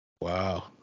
Wow